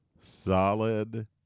Solid